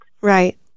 Right